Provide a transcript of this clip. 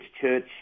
church